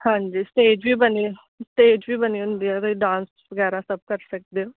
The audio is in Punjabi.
ਹਾਂਜੀ ਸਟੇਜ ਵੀ ਬਣੇ ਸਟੇਜ ਵੀ ਬਣੀ ਹੁੰਦੀ ਆ ਉਹਦੇ 'ਤੇ ਡਾਂਸ ਵਗੈਰਾ ਸਭ ਕਰ ਸਕਦੇ ਹੋ